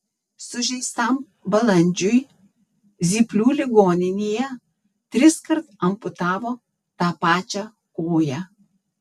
sužeistam balandžiui zyplių ligoninėje triskart amputavo tą pačią koją